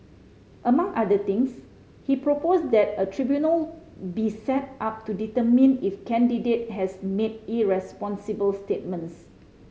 among other things he proposed that a tribunal be set up to determine if candidate has made irresponsible statements